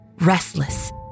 restless